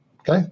okay